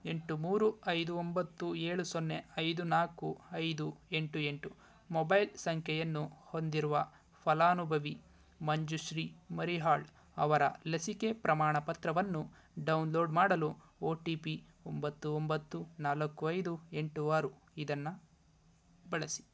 ಎಂಟು ಮೂರು ಐದು ಒಂಬತ್ತು ಏಳು ಸೊನ್ನೆ ಐದು ನಾಲ್ಕು ಐದು ಎಂಟು ಎಂಟು ಮೊಬೈಲ್ ಸಂಖ್ಯೆಯನ್ನು ಹೊಂದಿರುವ ಫಲಾನುಭವಿ ಮಂಜುಶ್ರೀ ಮರಿಹಾಳ್ ಅವರ ಲಸಿಕೆ ಪ್ರಮಾಣಪತ್ರವನ್ನು ಡೌನ್ ಲೋಡ್ ಮಾಡಲು ಒ ಟಿ ಪಿ ಒಂಬತ್ತು ಒಂಬತ್ತು ನಾಲ್ಕು ಐದು ಎಂಟು ಆರು ಇದನ್ನು ಬಳಸಿ